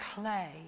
clay